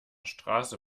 straße